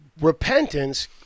repentance